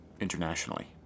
internationally